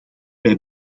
wij